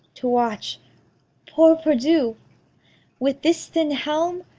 to watch poor perdu with this thin helm?